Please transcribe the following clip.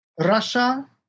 russia